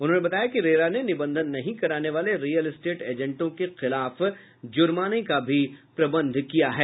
उन्होंने बताया कि रेरा ने निबंधन नहीं कराने वाले रियद इस्टेट एजेंटों के खिलाफ जुर्माना का भी प्रबंधन किया है